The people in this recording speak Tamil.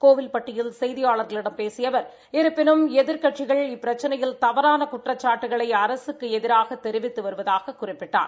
கோவில்பட்டியில் செய்தியாளா்களிடம் பேசிய இருப்பினும் எதிர்க்கட்சிகள் இப்பிரச்சினையில் தவறான குற்றச்சாட்டுக்களை அரசுக்கு எதிராக தெரிவித்து வருவதாகக் குறிப்பிட்டார்